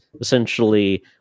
essentially